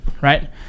right